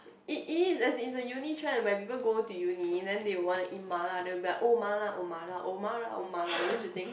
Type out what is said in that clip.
it is as is a uni trend buy people go to uni then they will want to eat ma-la they'll be like oh ma-la oh ma-la oh ma-la oh ma-la don't you think